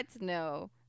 No